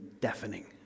deafening